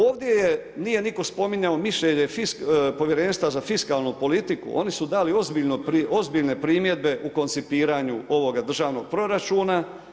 Ovdje nitko nije spominjao mišljenje Povjerenstva za fiskalnu politiku, oni su dali ozbiljne primjedbe u koncipiranju ovoga državnog proračuna.